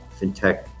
fintech